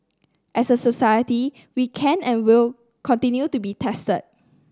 as a society we can and will continue to be tested